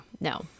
no